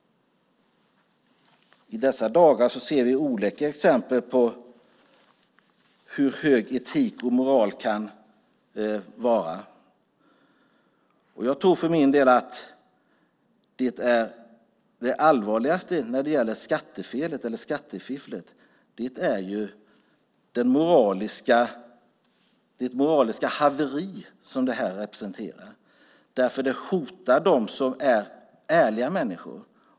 I dessa dagar ser vi olika exempel på hur hög etik och moral kan vara. Jag tror för min del att det allvarligaste när det gäller skattefel eller skattefiffel är det moraliska haveri som det här representerar, därför att det hotar dem som är ärliga människor.